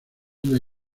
duda